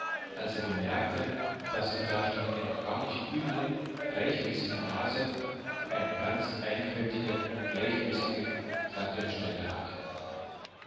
als er bemerkte daß er da statt einer gar nicht üblen regelmäßigen nase eine ganz einfältige gleichmäßige glatte stelle hatte